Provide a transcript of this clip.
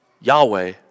Yahweh